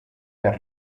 per